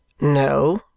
no